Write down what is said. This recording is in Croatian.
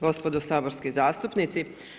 Gospodo saborski zastupnici.